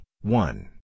One